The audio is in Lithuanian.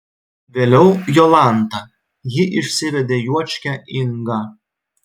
vėliau jolanta ji išsivedė juočkę ingą